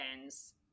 Bands